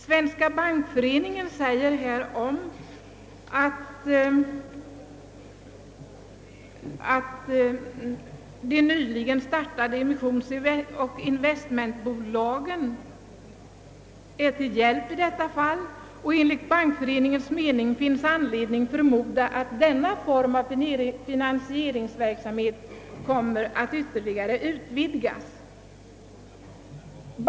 Svenska bankföreningen säger härom, att de nyligen startade emissionsoch investmentbolagen är till hjälp i detta fall. Det torde enligt Bankföreningens mening finnas anledning förmoda att denna form av finansieringsverksamhet kommer att ytterligare utvecklas.